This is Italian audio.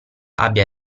abbia